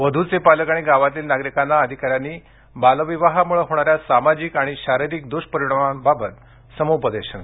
वधूचे पालक आणि गावातील नागरिकांना अधिकाऱ्यांनी बालविवाहामुळे होणाऱ्या सामाजिक आणि शारीरिक दुष्परिणामांबाबत समुपदेशन केले